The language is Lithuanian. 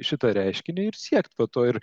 šitą reiškinį ir siekt va to ir